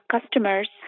customers